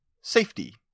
Safety